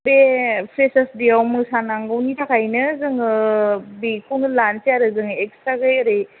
बे फ्रेसार्स देयाव मोसानांगौनि थाखायनो जोङो बेखौनो लानोसै आरो जोङो एखस्रा बे ओरै